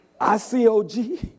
I-C-O-G